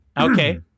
Okay